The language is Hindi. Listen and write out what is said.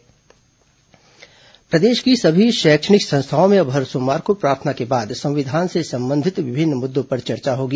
शैक्षणिक संस्था संविधान प्रदेश के सभी शैक्षणिक संस्थाओं में अब हर सोमवार को प्रार्थना के बाद संविधान से संबंधित विभिन्न मुद्दों पर चर्चा होगी